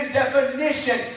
definition